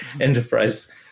enterprise